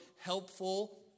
helpful